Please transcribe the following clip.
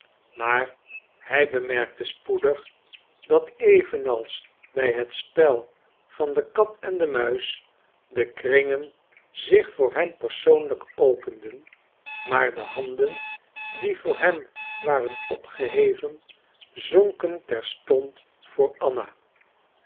maar hij bemerkte spoedig dat evenals bij het spel van de kat en de muis de kringen zich voor hem persoonlijk openden maar de handen die voor hem waren opgeheven zonken terstond voor anna